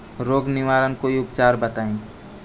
रोग निवारन कोई उपचार बताई?